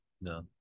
No